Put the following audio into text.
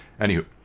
anywho